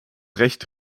recht